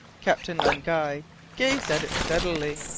captain len guy gazed at it steadily,